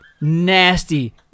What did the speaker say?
nasty